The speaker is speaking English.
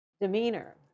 demeanor